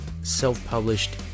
self-published